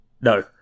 No